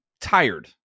tired